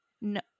no